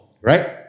right